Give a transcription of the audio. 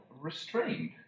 restrained